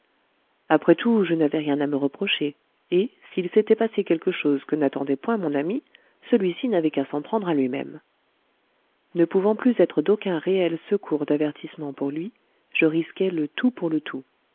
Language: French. après tout je n'avais rien à me reprocher et s'il s'était passé quelque chose que n'attendait point mon ami celui-ci n'avait qu'à s'en prendre à lui-même ne pouvant plus être d'aucun réel secours d'avertissement pour lui je risquai le tout pour le tout